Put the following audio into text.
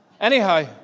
Anyhow